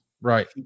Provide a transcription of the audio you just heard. right